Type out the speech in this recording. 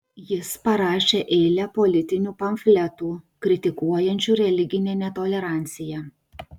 jis parašė eilę politinių pamfletų kritikuojančių religinę netoleranciją